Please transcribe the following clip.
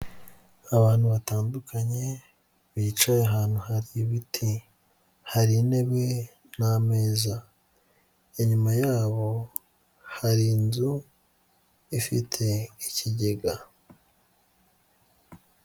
Abantu batandukanye bicaye ahantu hari ibiti, hari intebe n'ameza, inyuma yabo hari inzu ifite ikigega.